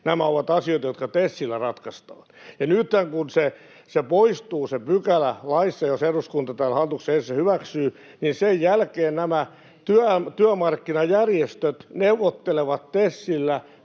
nämä ovat asioita, jotka TESillä ratkaistaan. Ja nyt kun se pykälä poistuu laista, jos eduskunta tämän hallituksen esityksen hyväksyy, niin sen jälkeen työmarkkinajärjestöt neuvottelevat TESillä,